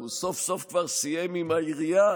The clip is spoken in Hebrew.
הוא סוף-סוף כבר סיים עם העירייה,